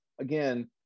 again